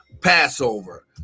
Passover